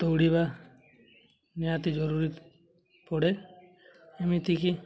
ଦୌଡ଼ିବା ନିହାତି ଜରୁରୀ ପଡ଼େ ଏମିତିକି